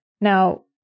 Now